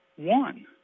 One